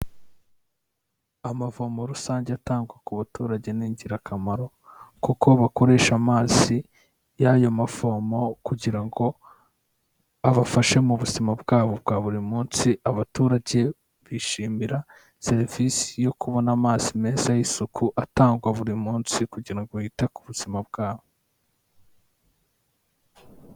Amavomo rusange atangwa ku baturage ni ingirakamaro, kuko bakoresha amazi y'ayo mavomo kugira ngo abafashe mu buzima bwabo bwa buri munsi, abaturage bishimira serivisi yo kubona amazi meza y'isuku, atangwa buri munsi kugira ngo yite ku buzima bwabo.